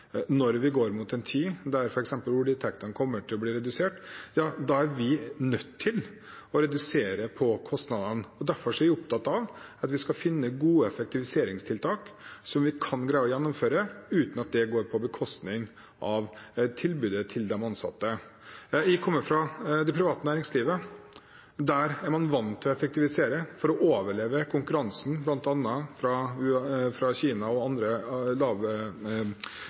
når vi går mot en tid der f.eks. oljeinntektene kommer til å bli redusert, er vi nødt til å redusere kostnadene. Derfor er jeg opptatt av at vi skal finne gode effektiviseringstiltak som vi kan greie å gjennomføre uten at det går på bekostning av tilbudet til de innsatte. Jeg kommer fra det private næringslivet, og der er man vant til å effektivisere for å overleve konkurransen fra bl.a. Kina og andre